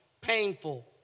painful